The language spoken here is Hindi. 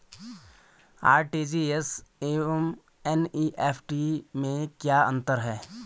आर.टी.जी.एस एवं एन.ई.एफ.टी में क्या अंतर है?